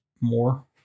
more